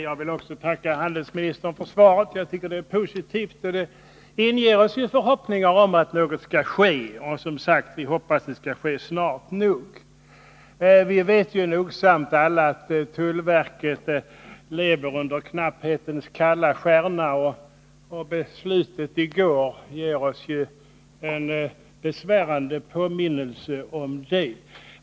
Herr talman! Också jag vill tacka handelministern för hans svar. Jag tycker att det är positivt, och det inger oss förhoppningar om att något skall ske. Vi hoppas, som sagt, även att det skall ske snart. Vi är alla nogsamt medvetna om att tullverket lever under knapphetens kalla stjärna, och beslutet i går ger oss ju en besvärande påminnelse om det.